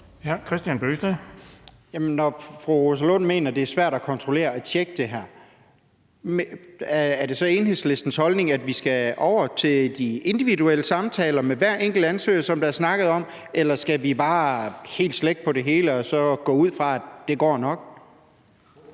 Kristian Bøgsted (DD): Når fru Rosa Lund mener, det er svært at kontrollere og tjekke det her, er det så Enhedslistens holdning, at vi skal over til de individuelle samtaler med hver enkelt ansøger, som der er snakket om? Eller skal vi bare slække på det hele og så gå ud fra, at det går nok?